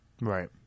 Right